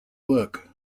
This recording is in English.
work